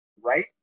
right